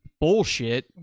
bullshit